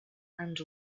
and